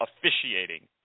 officiating